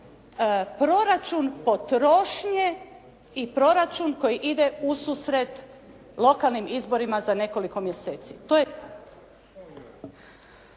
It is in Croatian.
proračun potrošnje i proračun koji ide ususret lokalnim izborima za nekoliko mjeseci.